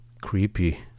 Creepy